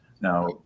Now